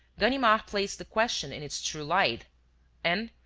ganimard placed the question in its true light and,